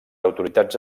autoritats